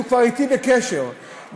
הוא כבר בקשר אתי,